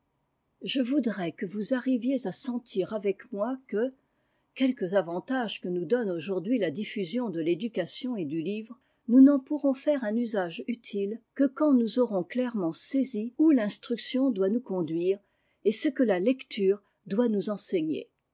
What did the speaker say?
je voudrais que vous arriviez à sentir avec moi que quelquesavantagesquenous donneaujourd'hui la diffusion de l'éducation et du livre nous n'en pourrons faire un usage utile que quand nous aurons clairement saisi où l'instruction doit nous conduire et ce que la lecture doit nous enseigner